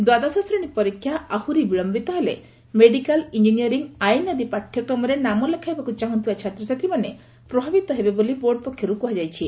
ଦ୍ୱାଦଶଶ୍ରେଣୀ ପରୀକ୍ଷା ଆହୁରି ବିଳୟିତ ହେଲେ ମେଡ଼ିକାଲ ଇଞ୍ଜିନିୟରିଂ ଆଇନ୍ ଆଦି ପାଠ୍ୟକ୍ରମରେ ନାମ ଲେଖାଇବାକୁ ଚାହୁଁଥିବା ଛାତ୍ରଛାତ୍ରୀମାନେ ପ୍ରଭାବିତ ହେବେ ବୋଲି ବୋର୍ଡ ପକ୍ଷରୁ କୁହାଯାଇଛି